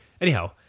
Anyhow